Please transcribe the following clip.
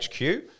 HQ